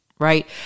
Right